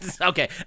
Okay